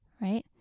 Right